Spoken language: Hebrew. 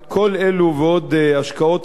כל אלה ועוד השקעות רבות,